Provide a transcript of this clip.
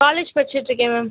college படிச்சிகிட்ருக்கேன் ma'am